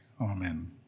Amen